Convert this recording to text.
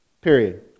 period